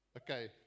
Okay